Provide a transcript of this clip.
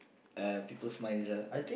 uh people's minds ah